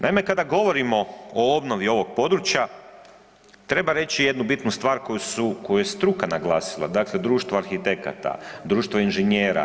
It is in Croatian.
Naime, kada govorimo o obnovi ovog područja treba reći jednu bitnu stvar koju je struka naglasila, dakle društvo arhitekata, društvo inženjera.